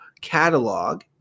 catalog